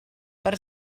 per